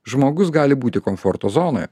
žmogus gali būti komforto zonoje